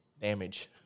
damage